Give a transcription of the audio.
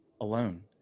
alone